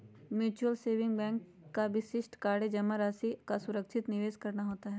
mutual saving bank का विशिष्ट कार्य जमा राशि का सुरक्षित निवेश करना होता है